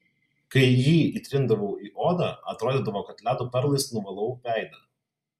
kai jį įtrindavau į odą atrodydavo kad ledo perlais nuvalau veidą